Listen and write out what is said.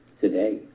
today